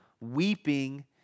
weeping